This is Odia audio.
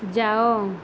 ଯାଅ